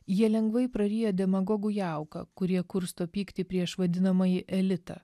jie lengvai praryja demagogų jauką kur jie kursto pyktį prieš vadinamąjį elitą